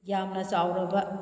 ꯌꯥꯝꯅ ꯆꯥꯎꯔꯕ